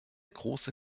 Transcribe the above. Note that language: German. große